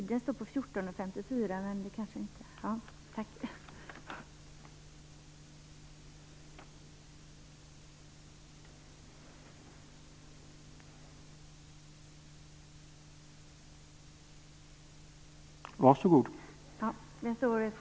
Herr talman!